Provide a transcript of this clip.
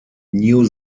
new